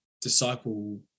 disciple